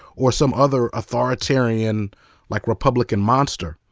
or some other authoritarian like republican monster.